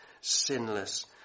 sinless